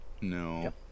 No